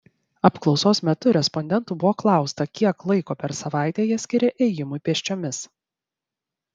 apklausos metu respondentų buvo klausta kiek laiko per savaitę jie skiria ėjimui pėsčiomis